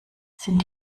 sind